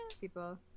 people